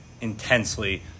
intensely